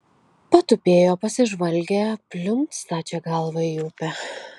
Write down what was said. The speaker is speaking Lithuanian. patupėjo pasižvalgė pliumpt stačia galva į upę